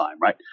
right